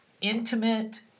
intimate